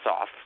off